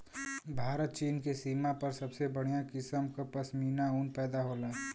भारत चीन के सीमा पर सबसे बढ़िया किसम क पश्मीना ऊन पैदा होला